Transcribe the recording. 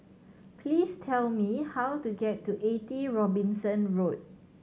please tell me how to get to Eighty Robinson Road